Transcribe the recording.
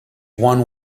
one